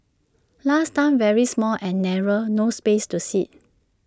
last time very small and narrow no space to sit